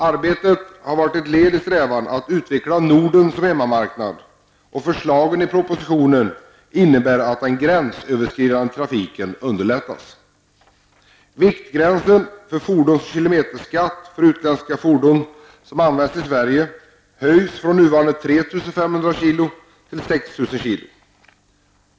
Arbetet har varit ett led i strävan att utveckla Norden som hemmamarknad, och förslagen i propositionen innebär att den gränsöverskridande trafiken underlättas. Beträffande den viktgräns för fordons och kilometerskatt för utländska fordon som används i Sverige föreslås en höjning från nuvarande 3 500 kg till 6 000 kg.